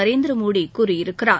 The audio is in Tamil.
நரேந்திர மோடி கூறியிருக்கிறார்